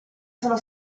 sono